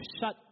shut